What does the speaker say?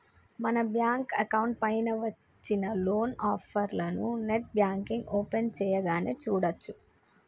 మన bank account పైన వచ్చిన లోన్ ఆఫర్లను నెట్ బ్యాంకింగ్ ఓపెన్ చేయగానే చూడచ్చు